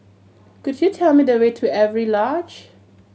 could you tell me the way to Avery Lodge